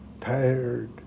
tired